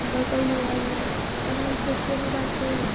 આગળ કહ્યું એમ ઓનલાઈન સોફ્ટવેરની વાત કરું